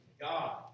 God